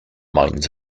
minds